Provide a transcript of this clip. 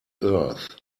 earth